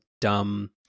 dumb